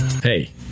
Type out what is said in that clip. Hey